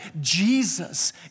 Jesus